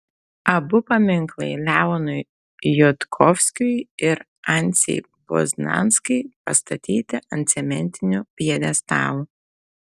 abu paminklai leonui jodkovskiui ir anciai poznanskai pastatyti ant cementinių pjedestalų